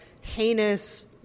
heinous